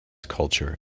culture